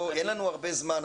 אין לנו הרבה זמן,